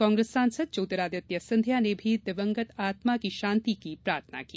कांग्रेस सांसद ज्योतिरादित्य सिंधिया ने भी दिवंगत आत्मा की शान्ति की प्रार्थना की